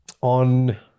on